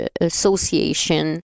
association